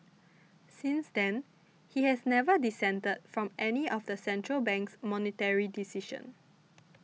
since then he has never dissented from any of the central bank's monetary decisions